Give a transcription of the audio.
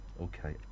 Okay